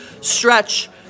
stretch